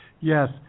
yes